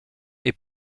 est